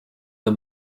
the